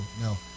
No